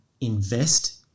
invest